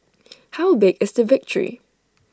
how big is the victory